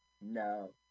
no